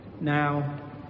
Now